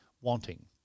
wanting